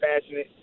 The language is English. passionate